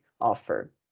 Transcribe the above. offer